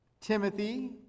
Timothy